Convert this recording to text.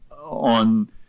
on